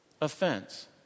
offense